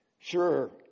Sure